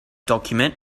document